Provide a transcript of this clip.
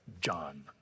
John